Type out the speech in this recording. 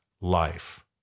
life